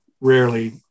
rarely